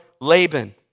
Laban